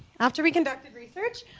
after we conducted research,